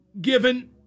given